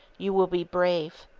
you will be brave.